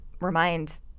remind